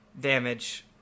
damage